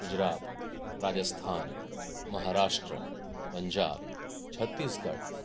Gujarat Rajasthan Maharashtra Punjab Chhattisgarh